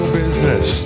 business